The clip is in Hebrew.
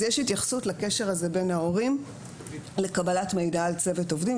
אז יש התייחסות לקשר הזה בין ההורים לקבלת מידע על צוות עובדים,